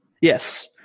yes